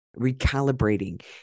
recalibrating